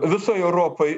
visoj europoj